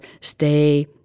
stay